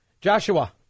joshua